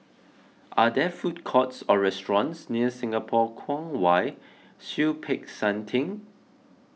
are there food courts or restaurants near Singapore Kwong Wai Siew Peck San theng